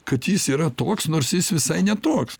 kad jis yra toks nors jis visai ne toks